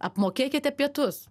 apmokėkite pietus